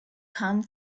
come